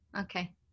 Okay